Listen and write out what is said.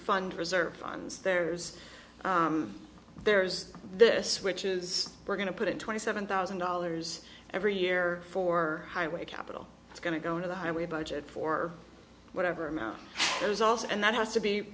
fund reserve funds there's there's this which is we're going to put in twenty seven thousand dollars every year for highway capital it's going to go into the highway budget for whatever amount there is also and that has to be